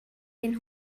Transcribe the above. den